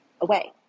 away